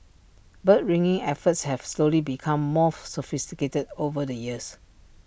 bird ringing efforts have slowly become more sophisticated over the years